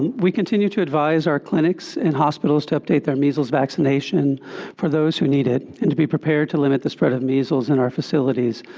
we continue to advice our clinics and hospitals to update their measles vaccination for those who need it, and to be prepared to limit the spread of measles in our facilities,